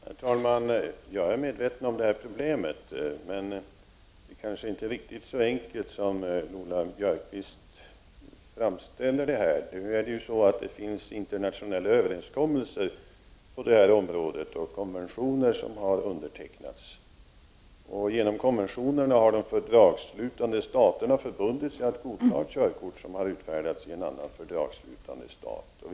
Herr talman! Jag är medveten om detta problem, men det kanske inte är riktigt så enkelt som Lola Björkquist framställer det här. Det finns internationella överenskommelser på detta område och konventioner som har undertecknats. Genom konventionerna har de fördragsslutande staterna förbundit sig att godta körkort, som har utfärdats i en annan fördragsslutande stat.